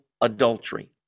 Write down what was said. adultery